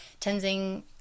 Tenzing